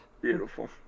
beautiful